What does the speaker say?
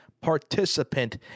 participant